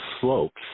slopes